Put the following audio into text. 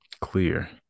clear